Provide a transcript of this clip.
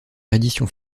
reddition